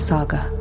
Saga